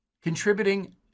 contributing